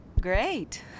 Great